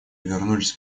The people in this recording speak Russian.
вернулись